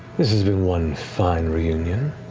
this has been one fine reunion.